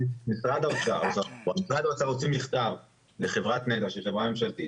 משרד האוצר הוציא מכתב לחברת נת"ע שהיא חברה ממשלתית